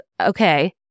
Okay